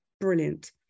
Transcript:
brilliant